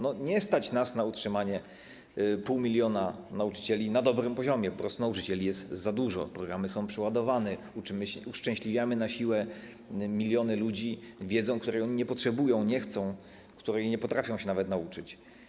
Nie stać nas na utrzymanie pół miliona nauczycieli na dobrym poziomie, po prostu nauczycieli jest za dużo, programy są przeładowane, uszczęśliwiamy na siłę miliony ludzi wiedzą, której on nie potrzebują, nie chcą, której nie potrafią się nawet nauczyć.